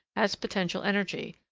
has potential energy,